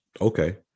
Okay